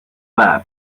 there